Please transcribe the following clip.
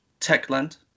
Techland